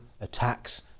attacks